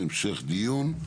המשך דיון.